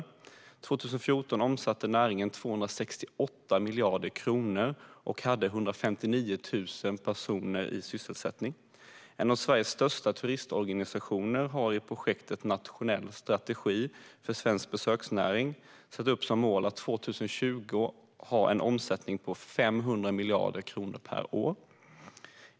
År 2014 omsatte näringen 268 miljarder kronor och hade 159 000 sysselsatta. En av Sveriges största turistorganisationer har i projektet Nationell strategi för svensk besöksnäring satt upp som mål att år 2020 ha en omsättning på 500 miljarder kronor per år.